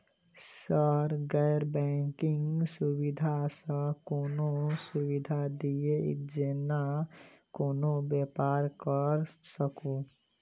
Sir गैर banking सुविधा सँ कोनों सुविधा दिए जेना कोनो व्यापार करऽ सकु?